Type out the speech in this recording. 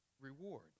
reward